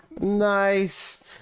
nice